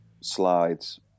slides